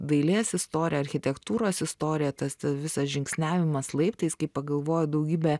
dailės istoriją architektūros istoriją tas visas žingsniavimas laiptais kaip pagalvoji daugybė